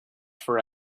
for